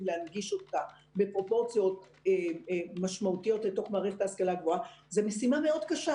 להנגיש אותה בפרופורציות משמעותיות לתוך ההשכלה הגבוהה זו משימה מאוד קשה.